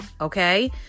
okay